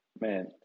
Man